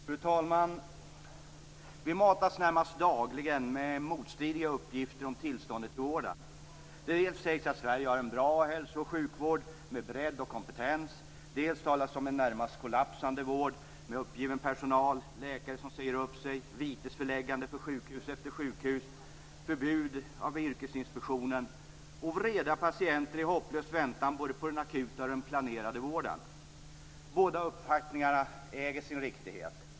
Fru talman! Vi matas närmast dagligen med motstridiga uppgifter om tillståndet i vården. Dels sägs att Sverige har en bra hälso och sjukvård med bredd och kompetens, dels talas det om en närmast kollapsande vård med uppgiven personal, läkare som säger upp sig, vitesföreläggande för sjukhus efter sjukhus, förbud av Yrkesinspektionen och vreda patienter i hopplös väntan både på den akuta och på den planerade vården. Båda uppfattningarna äger sin riktighet.